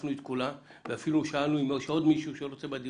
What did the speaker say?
הקפנו את כולם ואפילו שאלנו בדיון הראשון אם יש עוד מישהו שרוצה להתבטא.